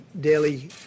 daily